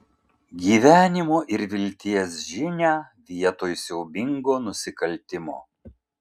gyvenimo ir vilties žinią vietoj siaubingo nusikaltimo